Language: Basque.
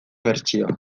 bertsioa